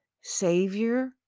Savior